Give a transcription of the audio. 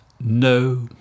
no